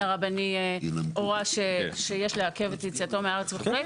הרבני הורה שיש לעכב את יציאתו מהארץ וכולי.